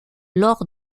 lors